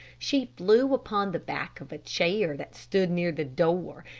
she flew upon the back of a chair that stood near the door,